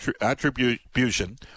attribution